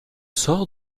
sort